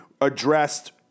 addressed